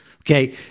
Okay